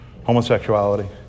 homosexuality